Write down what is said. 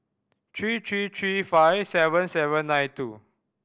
three three three five seven seven nine two